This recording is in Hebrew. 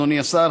אדוני השר,